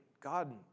God